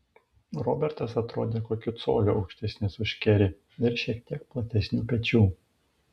robertas atrodė kokiu coliu aukštesnis už kerį ir šiek tiek platesnių pečių